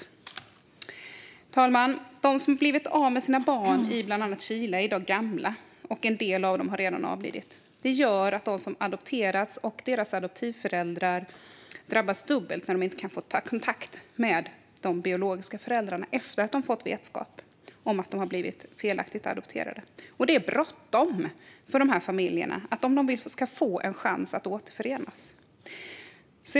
Fru talman! De som blivit av med sina barn i bland annat Chile är i dag gamla, och en del har redan avlidit. De som adopterats och deras adoptivföräldrar drabbas dubbelt när de inte kan få kontakt med de biologiska föräldrarna efter att de fått vetskap om att barnen adopterats bort på ett felaktigt sätt. Det är bråttom för dessa familjer att, om de vill, få en chans att återförenas.